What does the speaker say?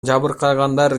жабыркагандар